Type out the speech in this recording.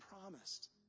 promised